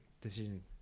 decision